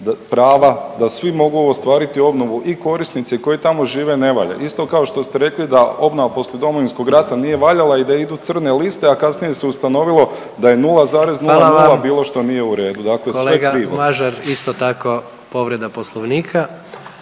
da svi mogu ostvariti obnovu i korisnici koji tamo žive ne valja, isto kao što ste rekli da obnova poslije Domovinskog rata nije valjala i da idu crne liste, a kasnije se ustanovilo da je …/Upadica predsjednik: Hvala vam./… 0,00 bilo što nije